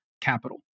capital